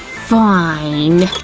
fine!